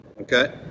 okay